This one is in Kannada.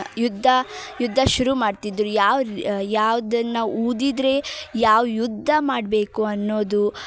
ಯುದ್ಧ ಯುದ್ಧ ಶುರು ಮಾಡ್ತಿದ್ದರು ಯಾವ ಯಾವುದನ್ನು ಊದಿದರೆ ಯಾವ ಯುದ್ಧ ಮಾಡಬೇಕು ಅನ್ನೋದು